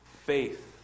faith